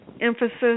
emphasis